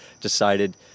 decided